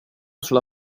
sulla